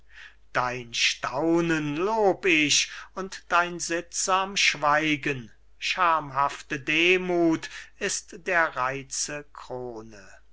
dein staunen lob ich und dein sittsam schweigen schamhafte demuth ist der reize krone